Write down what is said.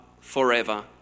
forever